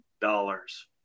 dollars